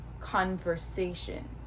conversation